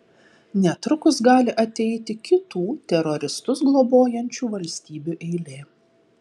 netrukus gali ateiti kitų teroristus globojančių valstybių eilė